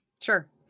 Sure